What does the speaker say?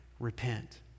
Repent